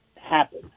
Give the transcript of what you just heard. happen